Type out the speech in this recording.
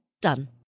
done